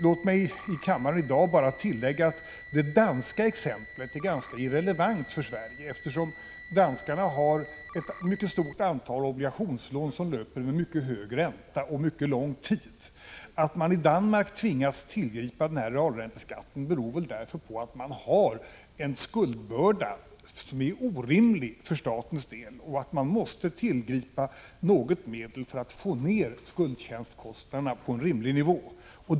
Låt mig i dag här i kammaren bara tillägga att det danska exemplet är ganska irrelevant för Sverige, eftersom danskarna har ett mycket stort antal obligationslån som löper med hög ränta och på mycket lång tid. Att man i Danmark har en realränteskatt beror väl på att staten där har en skuldbörda som är orimlig och därför tvingats tillgripa något medel för att få ned skuldtjänstkostnaderna på en rimlig nivå.